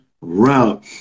Route